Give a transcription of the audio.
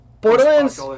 Borderlands